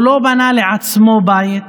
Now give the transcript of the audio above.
הוא לא בנה לעצמו בית,